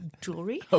jewelry